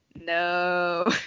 no